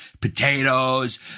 potatoes